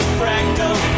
fractal